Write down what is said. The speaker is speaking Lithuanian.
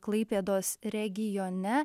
klaipėdos regione